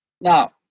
Now